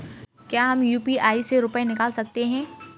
क्या हम यू.पी.आई से रुपये निकाल सकते हैं?